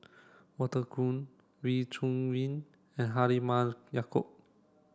Walter Woon Wee Chong Jin and Halimah Yacob